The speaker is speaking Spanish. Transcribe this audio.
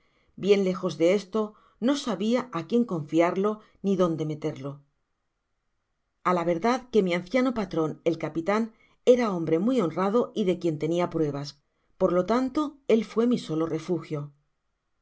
bien lejos de esto no sabia á quien confiarlo ni adonde meterlo a la verdad que mi anciano patron el capitan era hombre muy honrado y de quien tenia pruebas por lo tanto él fué mi solo refugio